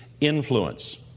influence